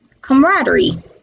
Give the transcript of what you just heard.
camaraderie